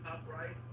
upright